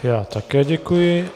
Já také děkuji.